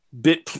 bit